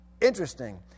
interesting